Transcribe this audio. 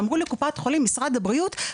ואמרו לקופת החולים משרד הבריאות: